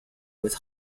with